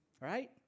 Right